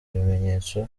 ibimenyetso